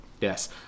Yes